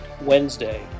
Wednesday